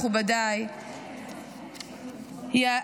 מכובדיי,